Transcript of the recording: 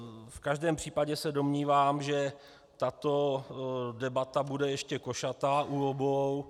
V každém případě se domnívám, že tato debata bude ještě košatá u obou.